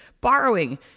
borrowing